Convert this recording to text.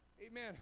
Amen